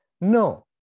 No